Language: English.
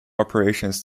operations